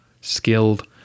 skilled